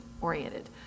oriented